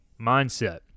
mindset